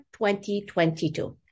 2022